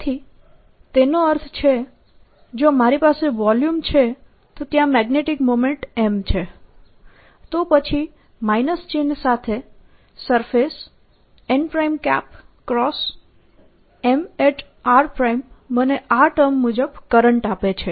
તેથી તેનો અર્થ શું છે જો મારી પાસે વોલ્યુમ છે ત્યાં મેગ્નેટિક મોમેન્ટ M છે તો પછી માઇનસ ચિહ્ન સાથે સરફેસ n M r મને આ ટર્મ મુજબ કરંટ આપે છે